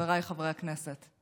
חבריי חברי הכנסת,